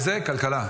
הכלכלה.